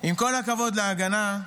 עם כל הכבוד להגנה,